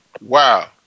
Wow